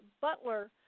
Butler